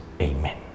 Amen